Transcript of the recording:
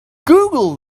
google